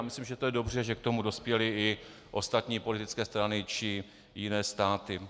Myslím, že je dobře, že k tomu dospěly i ostatní politické strany či jiné státy.